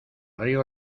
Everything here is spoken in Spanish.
río